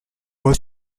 was